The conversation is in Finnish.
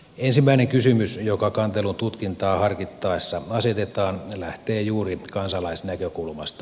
ensimmäinen kysymys joka kantelututkintaa harkittaessa asetetaan lähtee juuri kansalaisnäkökulmasta